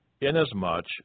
inasmuch